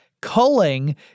Culling